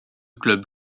club